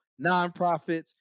nonprofits